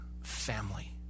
family